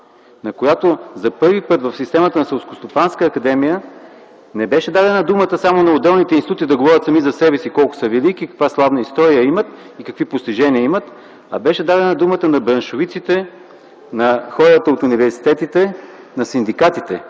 на която за първи път в системата на Селскостопанска академия не беше дадена думата само на отделните институти – да говорят за себе си, колко са велики, каква славна история и какви постижения имат, а беше дадена думата на браншовиците, на хората от университетите, на синдикатите